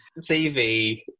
TV